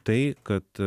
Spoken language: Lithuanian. tai kad